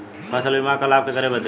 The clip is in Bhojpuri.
फसल बीमा क लाभ केकरे बदे ह?